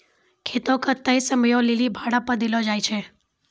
खेतो के तय समयो लेली भाड़ा पे देलो जाय छै